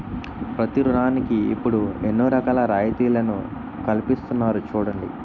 ప్రతి ఋణానికి ఇప్పుడు ఎన్నో రకాల రాయితీలను కల్పిస్తున్నారు చూడండి